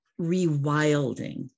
rewilding